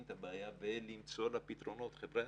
את הבעיה ולמצוא לה פתרונות חבריא,